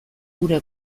gure